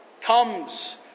comes